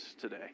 today